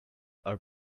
our